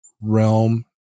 realm